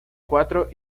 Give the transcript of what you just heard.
cuatro